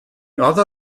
other